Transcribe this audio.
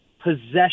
possession